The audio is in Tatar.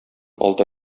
алда